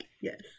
yes